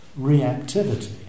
reactivity